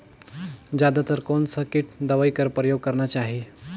जादा तर कोन स किट दवाई कर प्रयोग करना चाही?